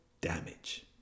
damage